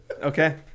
Okay